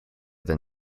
than